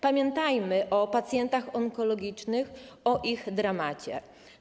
Pamiętajmy o pacjentach onkologicznych, o ich dramacie.